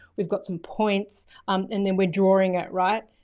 we've got some points and then we're drawing it right.